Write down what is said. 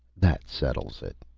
that settles it!